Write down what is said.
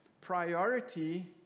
priority